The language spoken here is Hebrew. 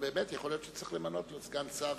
באמת יכול להיות שצריך למנות לו סגן שר,